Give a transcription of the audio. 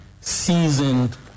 seasoned